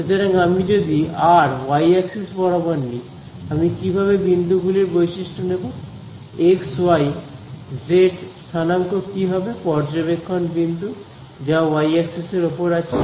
সুতরাং আমি যদি আর ওয়াই অ্যাক্সিস বরাবর নিই আমি কিভাবে বিন্দুগুলির বৈশিষ্ট্য নেব এক্স ওয়াই জেড স্থানাঙ্ক কি হবে পর্যবেক্ষণ বিন্দুর যা ওয়াই অ্যাক্সিস এর ওপর আছে